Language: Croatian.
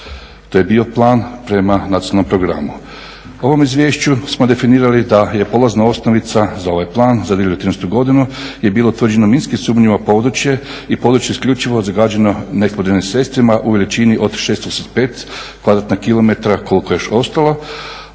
To je bio plan prema nacionalnom programu. Ovom izvješću smo definirali da je položena osnovica za ovaj plan za 2013. godinu je bilo utvrđeno minski sumnjivo područje i područje isključivo zagađeno neeksplozivnim sredstvima u … 685 kvadratnih kilometara koliko je još ostalo,